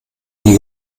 die